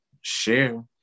share